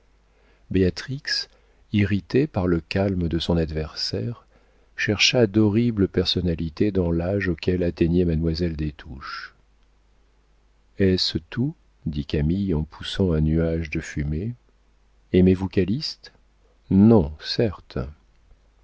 irritée par le calme de son adversaire chercha d'horribles personnalités dans l'âge auquel atteignait mademoiselle des touches est-ce tout dit camille en poussant un nuage de fumée aimez-vous calyste non certes